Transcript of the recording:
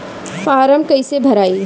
Form कईसे भराई?